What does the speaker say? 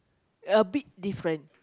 a bit different